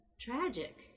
tragic